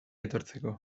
etortzeko